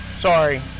sorry